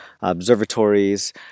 observatories